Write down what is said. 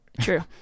True